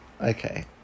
Okay